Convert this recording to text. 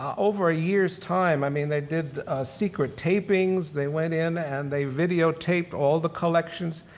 over a year's time i mean they did secret tapings, they went in and they videotaped all the collections.